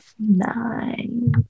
Nine